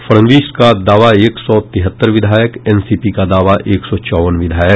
फड़णवीस का दावा एक सौ तिहत्तर विधायक एनसीपी का दावा एक सौ चौवन विधायक